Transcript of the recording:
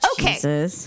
Okay